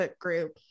group